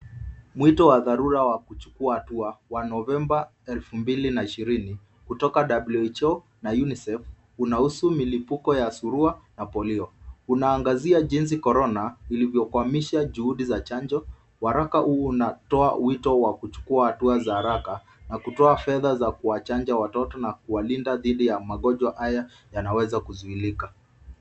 Mwito wa dharura wa kuchukua hatua wa Novemba 2020 kutoka WHO na UNICEF unahusu milipuko ya surua na polio. Unaangazia jinsi korona ilivyokwamisha juhudi za chanjo. Waraka huu unatoa wito wa kuchukua hatua za haraka na kutoa fedha za kuwachanja watoto na kuwalinda dhidi ya magonjwa haya yanaweza kuzuilika.